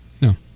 No